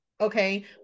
okay